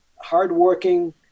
hardworking